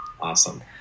awesome